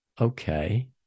Okay